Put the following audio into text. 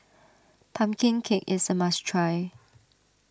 Pumpkin Cake is a must try